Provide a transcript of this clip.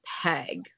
peg